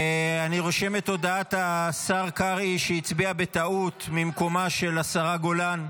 אני רושם את הודעת השר קרעי שהצביע בטעות ממקומה של השרה גולן.